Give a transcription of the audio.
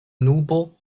nubo